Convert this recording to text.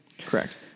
Correct